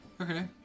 Okay